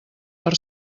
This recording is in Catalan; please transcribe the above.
per